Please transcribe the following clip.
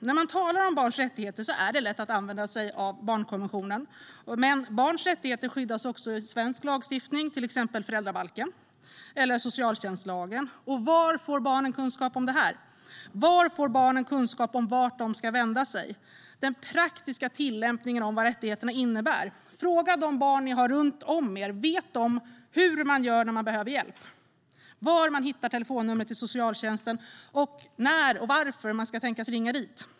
När man talar om barns rättigheter är det lätt att bara använda sig av barnkonventionen, men barnets rättigheter skyddas också i svensk lagstiftning, till exempel i föräldrabalken och i socialtjänstlagen. Var får barnen kunskap om detta? Och var får barnen kunskap om vart de ska vända sig? Var får de den praktiska tillämpningen av vad rättigheterna innebär? Fråga de barn ni har i er närhet om de vet hur man gör när man behöver hjälp, var man hittar telefonnumret till socialtjänsten och när och varför man kan tänkas behöva ringa dit!